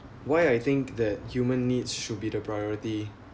why I think that human needs should be the priority